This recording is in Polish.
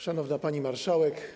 Szanowna Pani Marszałek!